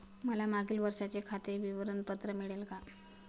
मला मागील वर्षाचे खाते विवरण पत्र मिळेल का?